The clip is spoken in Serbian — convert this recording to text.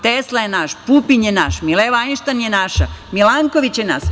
Tesla je naš, Pupin je naš, Mileva Anštajn je naša, Milankovć je naš.